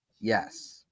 Yes